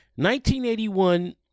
1981